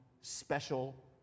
special